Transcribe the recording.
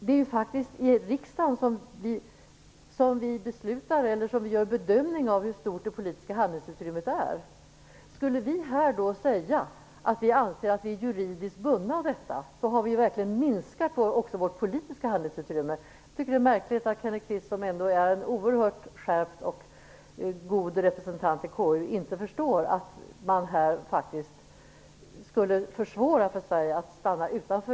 Det är faktiskt riksdagen som skall bedöma hur stort det politiska handlingsutrymmet är. Om vi i riksdagen skulle säga att vi anser oss vara juridiskt bundna av detta har vi verkligen minskat vårt politiska handelsutrymme. Jag tycker att det är märkligt att Kenneth Kvist, som ändå är en oerhört skärpt och god representant i KU, inte förstår att ett bifall till Vänsterpartiets reservation skulle försvåra för Sverige att stanna utanför